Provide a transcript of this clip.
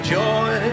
joy